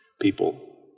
people